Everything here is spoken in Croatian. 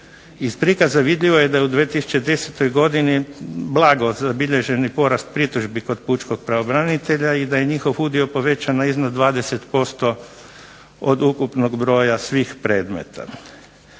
Iz prikaza vidljivo je da u 2010. godini blago zabilježeni porast pritužbi kod pučkog pravobranitelja i da je njihov udio povećan na iznos 20% od ukupnog broja svih predmeta.